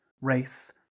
race